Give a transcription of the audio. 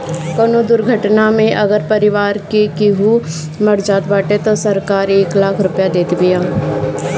कवनो दुर्घटना में अगर परिवार के केहू मर जात बाटे तअ सरकार एक लाख रुपिया देत बिया